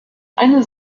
eine